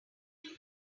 will